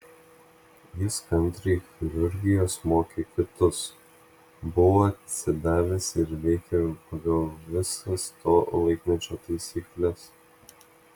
jis kantriai chirurgijos mokė kitus buvo atsidavęs ir veikė pagal visas to laikmečio taisykles